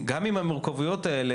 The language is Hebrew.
גם עם המורכבויות האלה,